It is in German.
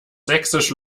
sächsisch